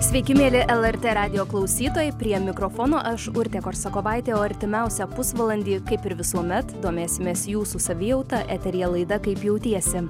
sveiki mieli lrt radijo klausytojai prie mikrofono aš urtė korsakovaitė o artimiausią pusvalandį kaip ir visuomet domėsimės jūsų savijauta eteryje laida kaip jautiesi